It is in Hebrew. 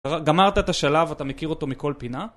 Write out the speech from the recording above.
גמרת את השלב, אתה מכיר אותו מכל פינה,